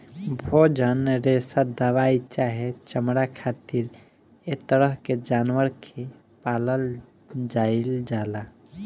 भोजन, रेशा दवाई चाहे चमड़ा खातिर ऐ तरह के जानवर के पालल जाइल जाला